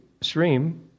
Stream